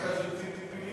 זה דווקא של ציפי לבני.